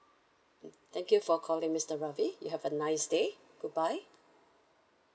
mm thank you for calling mister ravi you have a nice day goodbye